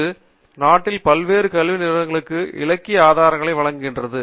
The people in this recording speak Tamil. இது நாட்டில் பல்வேறு கல்வி நிறுவனங்களுக்கு இலக்கிய ஆதாரங்களை வழங்குகிறது